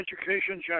education